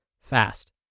fast